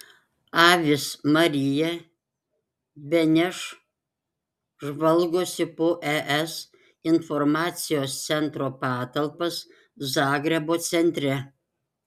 avis marija beneš žvalgosi po es informacijos centro patalpas zagrebo centre